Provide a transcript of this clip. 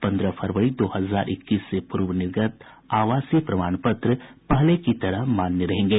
पंद्रह फरवरी दो हजार इक्कीस से पूर्व निर्गत आवासीय प्रमाण पत्र पहले की तरह मान्य रहेंगे